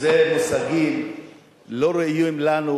זה מושגים לא ראויים לנו,